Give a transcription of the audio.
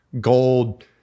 Gold